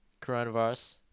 Coronavirus